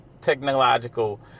technological